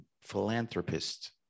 philanthropist